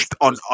on